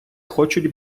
хочуть